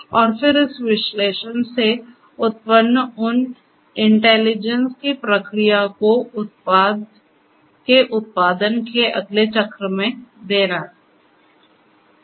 और फिर इस विश्लेषण से उत्पन्न उन इंटेलिजेंस की प्रतिक्रिया को उत्पाद के उत्पादन के अगले चक्र में दें